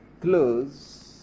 close